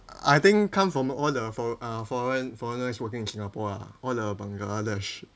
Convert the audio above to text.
I think come from all the fore~ uh foreign foreigners working in singapore ah all the bangladesh